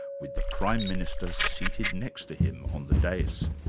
with the prime minister seated next to him on the dais.